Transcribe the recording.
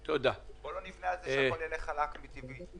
בוא לא נבנה על זה שהכול ילך חלק וטבעי.